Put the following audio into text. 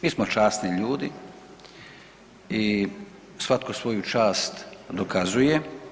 Mi smo časni ljudi i svatko svoju čast dokazuje.